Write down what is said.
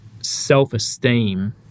self-esteem